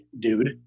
dude